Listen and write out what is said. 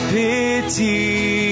pity